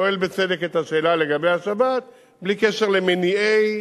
שואל בצדק את השאלה לגבי השבת, בלי קשר למניעי